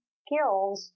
skills